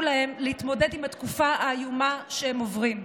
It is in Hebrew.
להם להתמודד עם התקופה האיומה שהם עוברים.